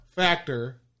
Factor